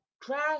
crash